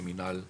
במינהל התכנון.